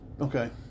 Okay